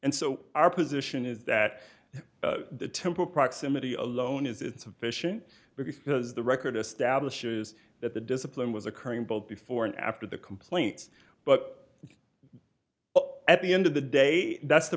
and so our position is that the temple proximity alone is sufficient because the record establishes that the discipline was occurring both before and after the complaint but well at the end of the day that's the